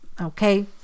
Okay